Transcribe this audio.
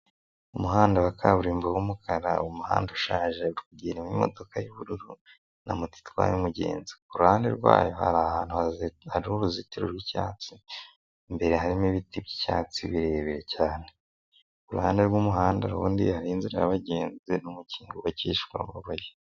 Umuhanda wa kaburimbo w'umukara, umuhanda ushaje uri kugendamo imodoka y'ubururu na moto itwaye umugenzi. Ku ruhande rwayo hari ahantu hari uruzitiro rw'icyatsi. Imbere harimo ibiti, ibyatsi birebire cyane, ku ruhande rw'umuhanda ubundi hari inzira y'abagenzi yubakishijwe amabuye.